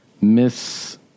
Miss